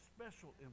special